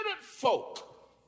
folk